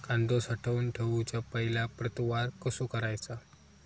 कांदो साठवून ठेवुच्या पहिला प्रतवार कसो करायचा?